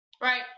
Right